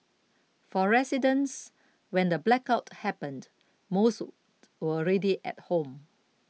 for residents when the blackout happened most already at home